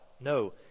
No